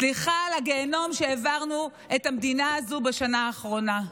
סליחה על הגיהינום שהעברנו את המדינה הזו בשנה האחרונה.